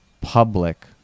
public